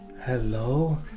Hello